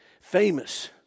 famous